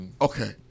Okay